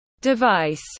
device